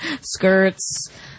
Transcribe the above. skirts